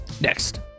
Next